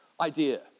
idea